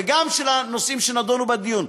וגם של הנושאים שנדונו בדיון,